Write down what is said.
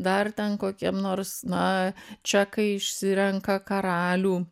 dar ten kokiam nors na čia kai išsirenka karalių